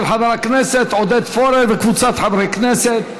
של חבר הכנסת עודד פורר וקבוצת חברי הכנסת.